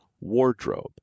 wardrobe